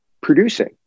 producing